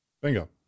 Bingo